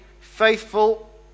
faithful